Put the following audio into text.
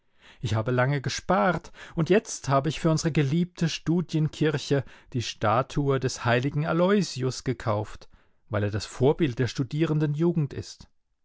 ich habe lange gespart und jetzt habe ich für unsere geliebte studienkirche die statue des heiligen aloysius gekauft weil er das vorbild der studierenden jugend ist